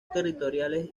territoriales